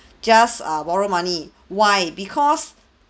just err borrow money why because